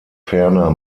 ferner